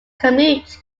commute